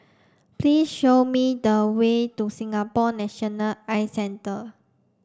please show me the way to Singapore National Eye Centre